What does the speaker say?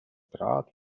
draht